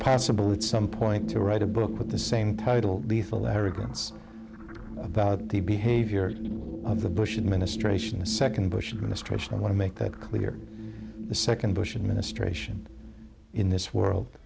passable at some point to write a book with the same title lethal that arrogance about the behavior of the bush administration the second bush administration i want to make clear the second bush administration in this world